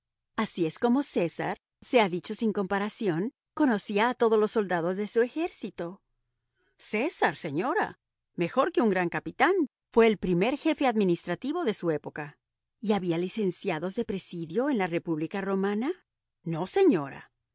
apellidos nombres falsos y apodos así es como césar sea dicho sin comparación conocía a todos los soldados de su ejército césar señora mejor que un gran capitán fue el primer jefe administrativo de su época y había licenciados de presidio en la república romana no señora